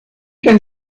can